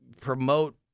promote